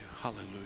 Hallelujah